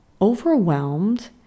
overwhelmed